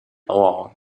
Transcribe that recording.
alone